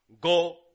Go